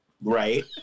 right